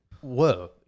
whoa